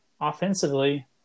offensively